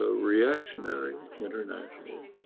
ah reactionary, international,